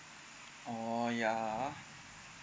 oh ya ah